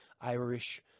Irish